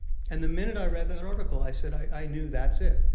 and the minute i read that article, i said i knew that's it.